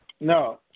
no